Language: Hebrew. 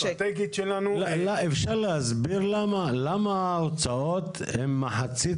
אפשר להסביר למה ההוצאות הן מחצית